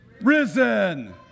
risen